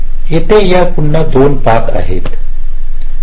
येथे या पुन्हा 2 पाथ आहेत 3